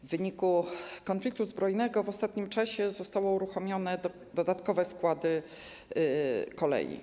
W wyniku konfliktu zbrojnego w ostatnim czasie zostały uruchomione dodatkowe składy kolei.